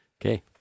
Okay